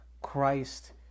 Christ